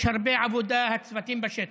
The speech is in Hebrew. יש הרבה עבודה, הצוותים בשטח.